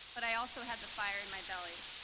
but i also had the fire in my belly.